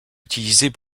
utilisées